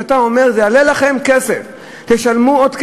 אתה אומר: זה יעלה לכם כסף, תשלמו עוד כסף.